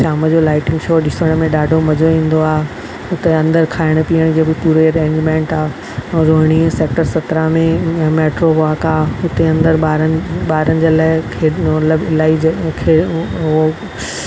शाम जो lighting show ॾिसण में ॾाढो मज़ो ईंदो आहे हिते अंदरि खाइण पीअण जो बि पूरे अरेंजमेंट आहे रोहिणी सेक्टर सतरां में मेट्रो वॉक आहे हुते अंदरि ॿारनि ॿारनि जे लाइ खे मतलबु इलाही जॻह खे उहो